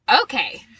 Okay